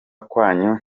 kwanyu